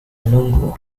menunggu